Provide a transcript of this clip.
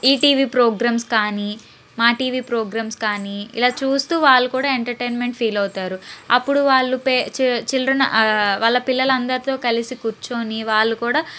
ETV programmes కాని Maa TV programmes కాని ఇలా చూస్తూ వాళ్ళు కూడా ఎంటర్టైన్మెంట్ ఫీల్ అవుతారు అప్పుడు వాళ్లు పేచి చిల్డ్రన్ వాళ్ల పిల్లలందరితో కలిసి కూర్చొని వాళ్ళు కూడా